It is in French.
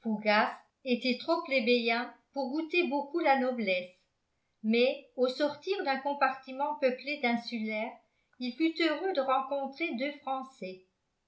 fougas était trop plébéien pour goûter beaucoup la noblesse mais au sortir d'un compartiment peuplé d'insulaires il fut heureux de rencontrer deux français